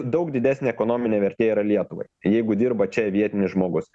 daug didesnė ekonominė vertė yra lietuvai jeigu dirba čia vietinis žmogus